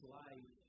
life